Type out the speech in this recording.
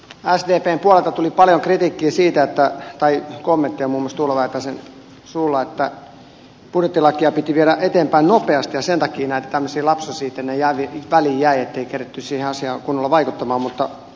sdpn puolelta tuli paljon kommenttia muun muassa tuula väätäisen suulla että budjettilakia piti viedä eteenpäin nopeasti ja sen takia näitä tällaisia lapsuksia tänne väliin jäi ettei keretty siihen asiaan kunnolla vaikuttaa